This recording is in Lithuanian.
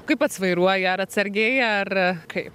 kaip pats vairuoji ar atsargiai ar kaip